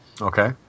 Okay